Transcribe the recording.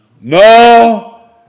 No